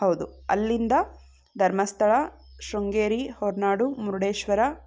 ಹೌದು ಅಲ್ಲಿಂದ ಧರ್ಮಸ್ಥಳ ಶೃಂಗೇರಿ ಹೊರನಾಡು ಮುರುಡೇಶ್ವರ